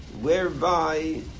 whereby